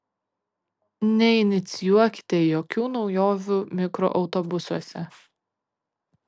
neinicijuokite jokių naujovių mikroautobusuose